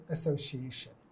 Association